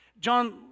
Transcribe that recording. John